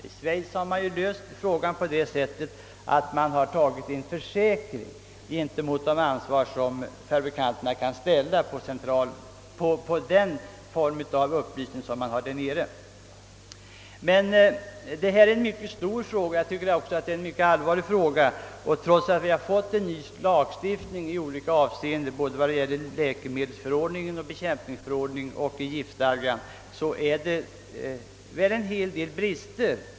I Schweiz har frågan lösts på så sätt, att det tagits en försäkring med tanke på det ansvar som fabrikanterna kan kräva till följd av den upplysning som lämnas där. Det här är både en stor och allvarlig fråga, och trots att vi på olika områden har fått en ny lagstiftning — beträffande såväl läkemedelsförordningen, bekämpningsmedelsförordningen som giftstadgan — finns dock en hel del brister.